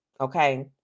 okay